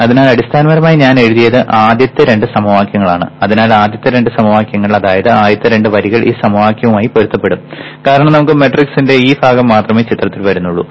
അതിനാൽ അടിസ്ഥാനപരമായി ഞാൻ എഴുതിയത് ആദ്യത്തെ രണ്ട് സമവാക്യങ്ങളാണ് അതിനാൽ ആദ്യത്തെ രണ്ട് സമവാക്യങ്ങൾ അതായത് ആദ്യത്തെ രണ്ട് വരികൾ ഈ സമവാക്യവുമായി പൊരുത്തപ്പെടും കാരണം നമുക്ക് മാട്രിക്സിന്റെ ഈ ഭാഗം മാത്രമേ ചിത്രത്തിലേക്ക് വരുന്നുള്ളൂ